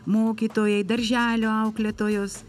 mokytojai darželių auklėtojos